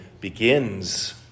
begins